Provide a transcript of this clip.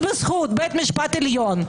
בזכות בית משפט עליון,